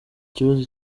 kibazo